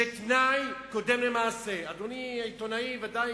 שתנאי קודם למעשה, אדוני העיתונאי ודאי